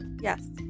yes